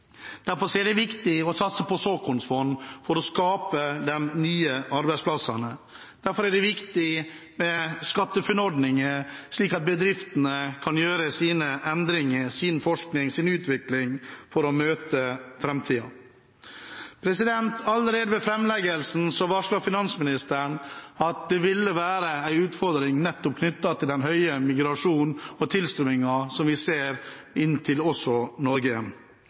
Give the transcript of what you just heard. Derfor er det viktig å satse på såkornfond for å skape de nye arbeidsplassene. Derfor er det viktig med SkatteFUNN-ordningen, slik at bedriftene kan gjøre sine endringer, sin forskning, sin utvikling for å møte framtiden. Allerede ved framleggelsen varslet finansministeren at det ville være en utfordring knyttet til den store migrasjonen og tilstrømmingen som vi ser, også inn til Norge.